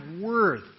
worth